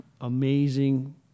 amazing